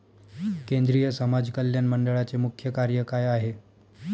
केंद्रिय समाज कल्याण मंडळाचे मुख्य कार्य काय आहे?